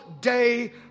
day